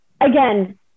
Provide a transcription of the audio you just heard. again